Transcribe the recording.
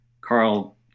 Carl